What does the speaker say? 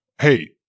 Hey